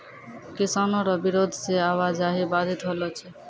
किसानो रो बिरोध से आवाजाही बाधित होलो छै